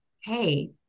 Hey